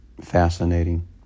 Fascinating